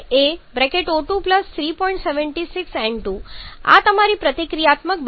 76 N2 આ તમારી પ્રતિક્રિયાત્મક બાજુ છે